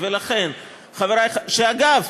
שאגב,